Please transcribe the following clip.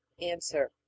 Answer